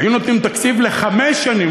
היו נותנים תקציב לחמש שנים,